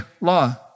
law